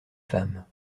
femmes